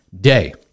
Day